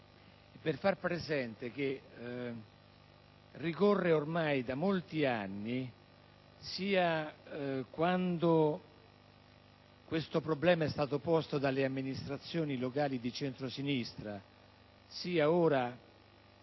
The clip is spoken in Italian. per far presente che ormai da molti anni (sia quando questo problema è stato posto dalle amministrazioni locali di centrosinistra, sia ora,